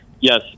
Yes